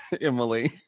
Emily